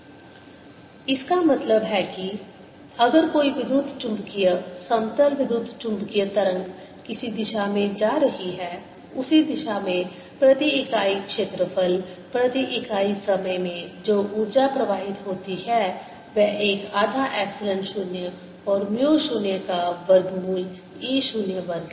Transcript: Poynting vector 10EB10nE0B0kr ωt10nE02ckr ωt Time average Poynting vector12E02000 इसका मतलब है कि अगर कोई विद्युत चुम्बकीय समतल विद्युत चुम्बकीय तरंग किसी दिशा में जा रही है उसी दिशा में प्रति इकाई क्षेत्रफल प्रति इकाई समय में जो ऊर्जा प्रवाहित होती है वह एक आधा एप्सिलॉन 0 और म्यू 0 का वर्गमूल e 0 वर्ग है